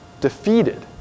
defeated